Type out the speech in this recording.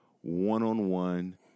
one-on-one